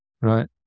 right